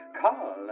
Call